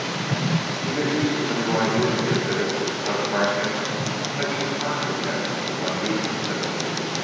to get used to the new idea, he admitted with such frankness that she turned to him with unusual sympathy.